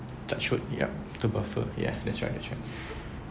touch wood yup to buffer ya that's right that's right